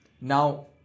Now